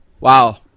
Wow